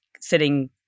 sitting